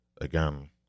again